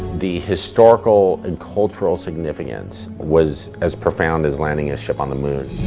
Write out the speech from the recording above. the historical and cultural significance was as profound as landing a ship on the moon.